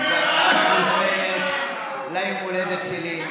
את מוזמנת ליום הולדת שלי,